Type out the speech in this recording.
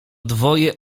dwoje